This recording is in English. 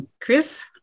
Chris